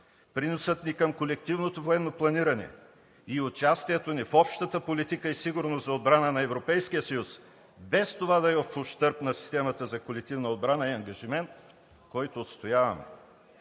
приносът ни към колективното военно планиране и участието ни в общата политика и сигурност за отбрана на Европейския съюз, без това да е в ущърб на системата за колективна отбрана, е ангажимент, който отстояваме.